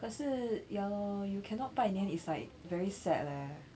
可是 ya you cannot 拜年 is like very sad leh